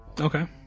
Okay